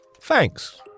Thanks